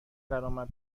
درآمد